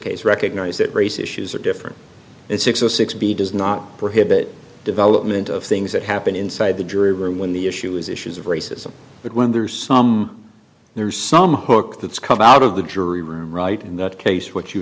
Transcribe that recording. case recognize that race issues are different and six or six b does not prohibit development of things that happen inside the jury room when the issue is issues of racism but when there's some there's some hook that's come out of the jury room right in that case what you